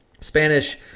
Spanish